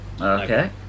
Okay